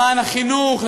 למען החינוך,